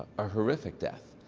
a horrific death.